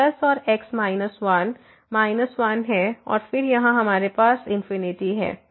तो प्लस और x minus one minus one है और फिर यहां हमारे पास इनफिनिटी है